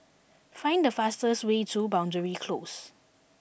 find the fastest way to Boundary Close